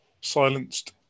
silenced